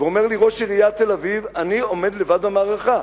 אומר לי ראש עיריית תל-אביב: אני עומד לבד במערכה,